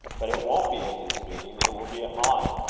but it won't be at his bidding it will be at mine.